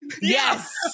Yes